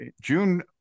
June